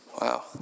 Wow